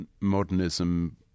modernism